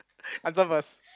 answer first